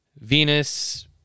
Venus